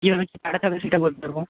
কীভাবে কি পাঠাতে হবে সেটা বলে দেব